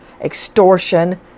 extortion